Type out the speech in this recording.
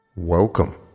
Welcome